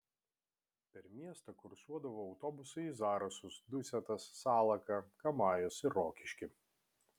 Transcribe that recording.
per miestą kursuodavo autobusai į zarasus dusetas salaką kamajus ir rokiškį